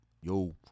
yo